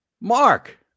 Mark